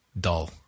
dull